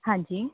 ਹਾਂਜੀ